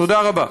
תודה רבה.